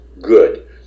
good